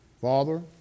Father